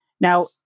Now